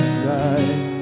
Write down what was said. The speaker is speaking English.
side